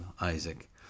Isaac